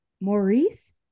Maurice